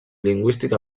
lingüística